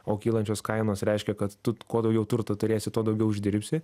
o kylančios kainos reiškia kad tu kuo daugiau turto turėsi tuo daugiau uždirbsi